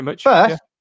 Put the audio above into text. First